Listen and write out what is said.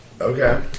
Okay